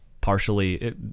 partially